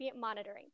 monitoring